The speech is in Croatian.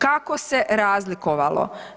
Kako se razlikovalo?